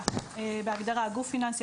בהגדרה "גוף פיננסי",